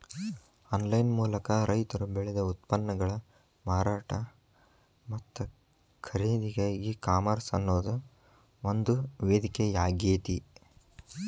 online ಮೂಲಕ ರೈತರು ಬೆಳದ ಉತ್ಪನ್ನಗಳ ಮಾರಾಟ ಮತ್ತ ಖರೇದಿಗೆ ಈ ಕಾಮರ್ಸ್ ಅನ್ನೋದು ಒಂದು ವೇದಿಕೆಯಾಗೇತಿ